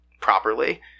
properly